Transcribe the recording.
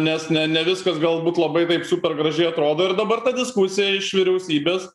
nes ne ne viskas galbūt labai taip super gražiai atrodo ir dabar ta diskusija iš vyriausybės